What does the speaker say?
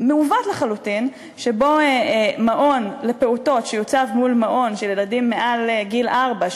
מעוות לחלוטין שבו מעון לפעוטות שיוצב מול מעון של ילדים מעל גיל ארבע,